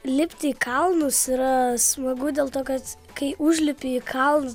lipti į kalnus yra smagu dėl to kad kai užlipi į kalnus